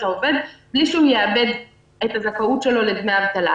העובד בלי שהוא יאבד את הזכאות שלו לדמי אבטלה.